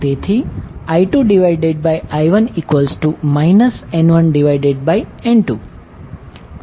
તેથી I2I1 N1N2